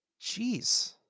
Jeez